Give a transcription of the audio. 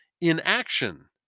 inaction